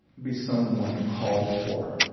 be someone called for.